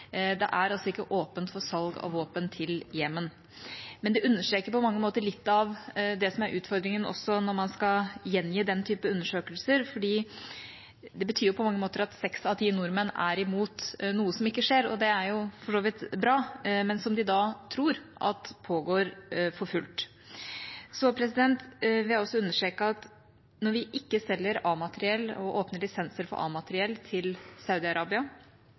Det er altså ikke åpnet for salg av våpen til Jemen. Men det understreker på mange måter litt av det som er utfordringen når man skal gjengi den typen undersøkelser, for det betyr at seks av ti nordmenn er imot noe som ikke skjer – det er for så vidt bra – men som de da tror at pågår for fullt. Jeg vil også understreke at når vi ikke selger A-materiell og åpne lisenser for A-materiell til